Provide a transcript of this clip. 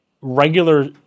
regular